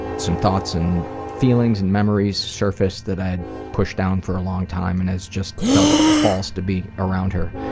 some thoughts and feelings and memories surfaced that i had pushed down for a long time, and has just felt false to be around her.